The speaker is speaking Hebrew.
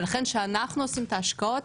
ולכן כשאנחנו עושים את ההשקעות,